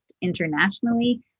internationally